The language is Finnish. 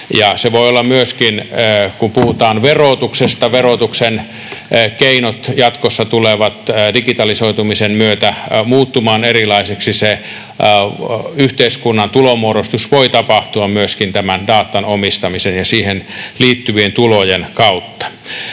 Se voi olla myöskin niin, kun puhutaan verotuksesta, että verotuksen keinot jatkossa tulevat digitalisoitumisen myötä muuttumaan erilaisiksi. Yhteiskunnan tulonmuodostus voi tapahtua myöskin tämän datan omistamisen ja siihen liittyvien tulojen kautta.